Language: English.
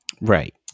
Right